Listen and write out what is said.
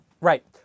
Right